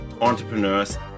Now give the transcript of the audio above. entrepreneurs